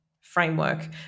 framework